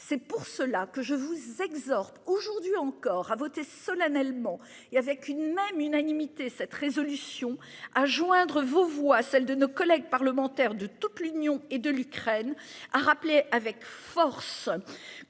c'est pour cela que je vous exhorte aujourd'hui encore à voté solennellement et avec une même unanimité cette résolution à joindre vos voix, celles de nos collègues parlementaires de toute l'Union est de l'Ukraine, a rappelé avec force.